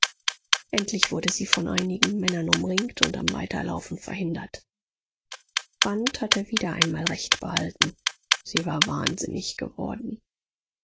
endlich wurde sie von einigen männern umringt und am weiterlaufen verhindert quandt hatte wieder einmal recht behalten sie war wahnsinnig geworden